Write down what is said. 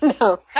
No